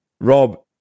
Rob